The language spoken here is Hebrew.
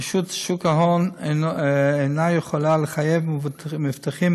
רשות שוק ההון אינה יכולה לחייב מבוטחים